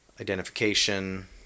identification